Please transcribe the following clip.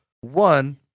One